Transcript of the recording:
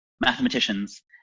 mathematicians